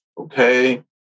okay